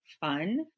fun